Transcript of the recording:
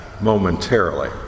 momentarily